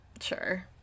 sure